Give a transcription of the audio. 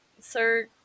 Sir